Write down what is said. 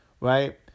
right